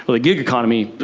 the gig economy,